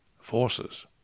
forces